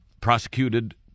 prosecuted